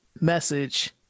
message